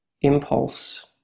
impulse